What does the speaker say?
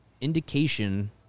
indication